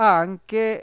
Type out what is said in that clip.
anche